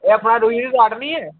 ओह् थुआढ़े निं ऐ